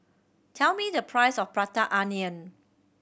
tell me the price of Prata Onion